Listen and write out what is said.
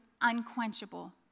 unquenchable